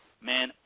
man